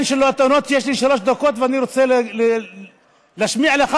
יש לי שלוש דקות ואני רוצה להשמיע לך,